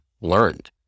learned